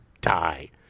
die